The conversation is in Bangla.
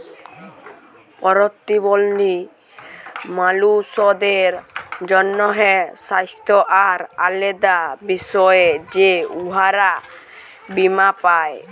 পরতিবল্ধী মালুসদের জ্যনহে স্বাস্থ্য আর আলেদা বিষয়ে যে উয়ারা বীমা পায়